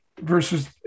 versus